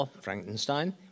Frankenstein